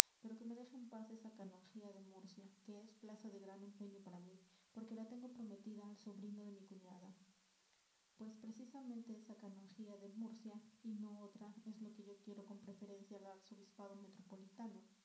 pero que me deje en paz esa canonjía de murcia que es plaza de gran empeño para mí porque la tengo prometida al sobrino de mi cuñada pues precisamente esa canonjía de murcia y no otra es la que yo quiero con preferencia al arzobispado metropolitano